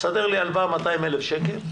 סדר לי הלוואה 200 אלף שקל,